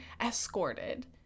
escorted